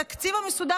התקציב המסודר,